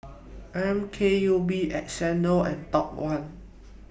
M K U P Xndo and Top one